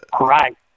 Right